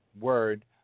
word